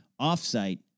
offsite